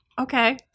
Okay